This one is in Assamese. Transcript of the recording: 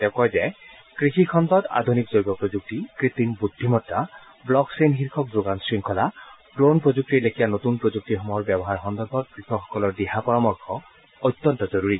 তেওঁ কয় যে কৃষি খণ্ডত আধুনিক জৈৱ প্ৰযুক্তি কৃত্ৰিম বুদ্ধিমত্তা ব্লকচেইন শীৰ্ষক যোগান শৃংখলা ড্ৰন প্ৰযুক্তিৰ লেখিয়া নতুন প্ৰযুক্তিসমূহৰ ব্যৱহাৰ সন্দৰ্ভত কৃষকসকলৰ দিহা পৰামৰ্শ অত্যন্ত জৰুৰী